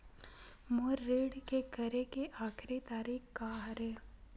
मोर ऋण के करे के आखिरी तारीक का हरे?